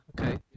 Okay